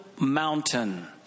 Mountain